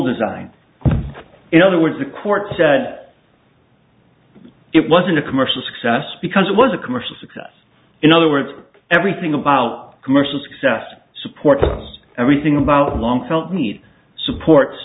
designed in other words the court said it wasn't a commercial success because it was a commercial success in other words everything about commercial success supports everything about long felt need supports